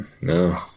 No